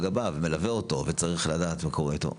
מלווה אותו וצריך לדעת מה קורה איתו.